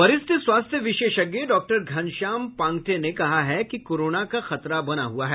वरिष्ठ स्वास्थ्य विशेषज्ञ डॉक्टर घनश्याम पांगठे ने कहा है कि कोरोना का खतरा बना हुआ है